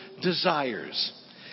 desires